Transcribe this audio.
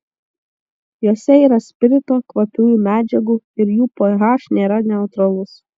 jose yra spirito kvapiųjų medžiagų ir jų ph nėra neutralus